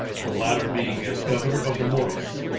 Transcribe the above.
the latter being as governor of the moros,